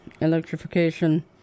electrification